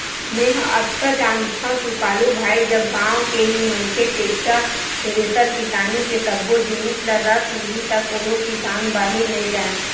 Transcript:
मेंहा अतका जानथव सुकालू भाई जब गाँव के ही मनखे टेक्टर, थेरेसर किसानी के सब्बो जिनिस ल रख लिही त कोनो किसान बाहिर नइ जाय